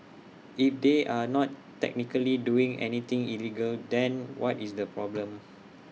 if they are not technically doing anything illegal then what is the problem